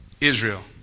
Israel